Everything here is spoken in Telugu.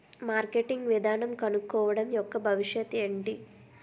మార్కెటింగ్ విధానం కనుక్కోవడం యెక్క భవిష్యత్ ఏంటి?